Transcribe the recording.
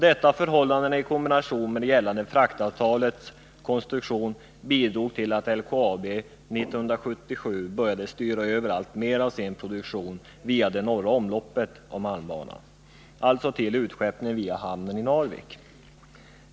Detta förhållande i kombination med det gällande fraktavtalets konstruktion bidrog till att LKAB 1977 började styra över alltmer av sin produktion via det norra omloppet av malmbanan, alltså till utskeppning via hamnen i Narvik.